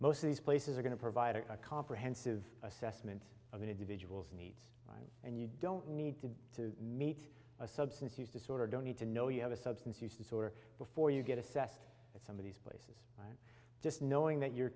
most of these places are going to provide a comprehensive assessment of an individual's needs and you don't need to meet a substance use disorder don't need to know you have a substance use disorder before you get assessed at some of these places just knowing that your